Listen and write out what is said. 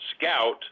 scout